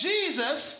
Jesus